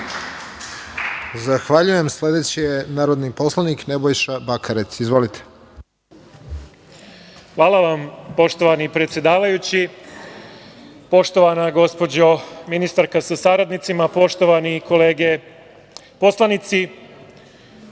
Zahvaljujem se. Sledeći je narodni poslanik Nebojša Bakarec. Izvolite. **Nebojša Bakarec** Hvala vam, poštovani predsedavajući. Poštovana gospođo ministarka sa saradnicima, poštovane kolege poslanici,